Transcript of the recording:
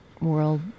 World